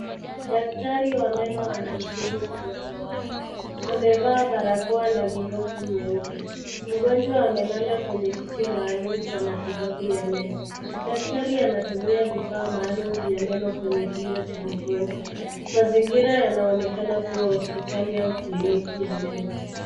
Daktari wa meno anamtibu mgonjwa wake. Amevaa barakoa na glovu nyeupe. Mgonjwa amelala kwenye kiti maalum cha matibabu ya meno. Daktari anatumia vifaa maalum vya meno kwenye kinywa cha mgonjwa. Mazingira yanaonekana kuwa hospitali au kliniki ya meno.